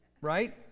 right